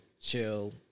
chill